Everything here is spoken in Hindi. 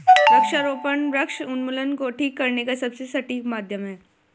वृक्षारोपण वृक्ष उन्मूलन को ठीक करने का सबसे सटीक माध्यम है